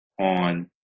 on